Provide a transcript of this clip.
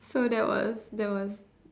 so that was that was